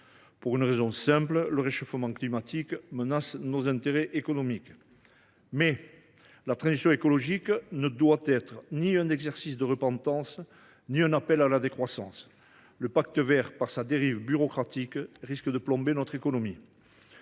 simple raison que le réchauffement climatique menace nos intérêts économiques. Mais la transition écologique ne doit être ni un exercice de repentance ni un appel à la décroissance. Le Pacte vert, par sa dérive bureaucratique, risque de plomber notre économie.